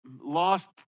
lost